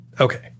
Okay